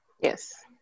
Yes